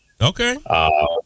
Okay